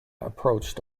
approached